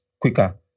quicker